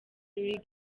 league